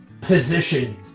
position